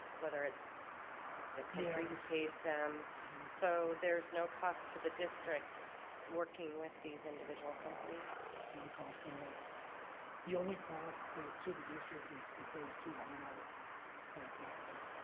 whether it's the country pays them so there's no cost to the district working with these individual companies no cost at all the only cost that to the district is is those two line items that i put up there?